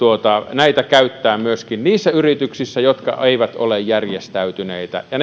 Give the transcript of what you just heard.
käyttää myöskin niissä yrityksissä jotka eivät ole järjestäytyneitä ja